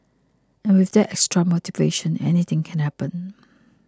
and with that extra motivation anything can happen